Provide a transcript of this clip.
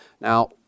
Now